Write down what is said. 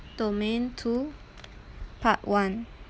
domain two part one